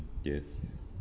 yes